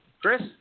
Chris